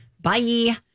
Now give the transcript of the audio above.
Bye